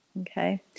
okay